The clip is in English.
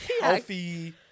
healthy